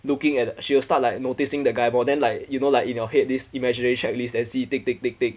looking at she will start like noticing the guy more then like you know like in your head this imaginary check list then see tick tick tick tick